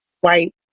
white